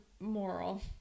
Moral